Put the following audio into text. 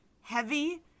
heavy